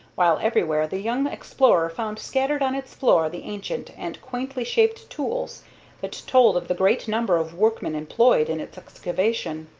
while everywhere the young explorer found scattered on its floor the ancient and quaintly shaped tools that told of the great number of workmen employed in its excavation.